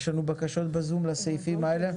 יש לנו בקשות בזום לסעיפים האלה?